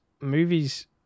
movies